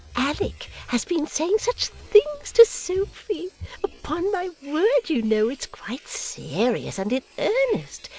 alick has been saying such things to sophy. upon my word, you know, it's quite serious and in earnest,